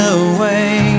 away